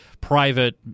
private